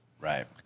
Right